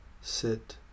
sit